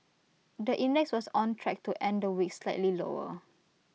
the index was on track to end the week slightly lower